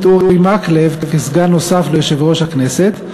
אורי מקלב לסגן נוסף ליושב-ראש הכנסת.